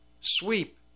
sweep